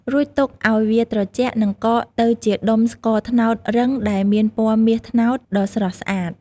រួចទុកឲ្យវាត្រជាក់និងកកទៅជាដុំស្ករត្នោតរឹងដែលមានពណ៌មាសត្នោតដ៏ស្រស់ស្អាត។